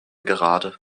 gerade